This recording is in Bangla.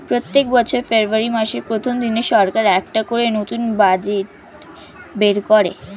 প্রত্যেক বছর ফেব্রুয়ারি মাসের প্রথম দিনে সরকার একটা করে নতুন বাজেট বের করে